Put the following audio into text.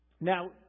Now